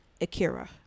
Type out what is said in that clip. Akira